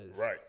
Right